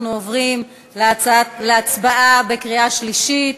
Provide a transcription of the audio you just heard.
אנחנו עוברים להצבעה בקריאה שלישית.